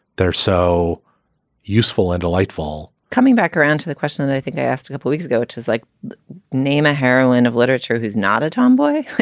they're so useful and delightful coming back around to the question i think i asked a few weeks ago, which is like name a heroine of literature who's not a tomboy,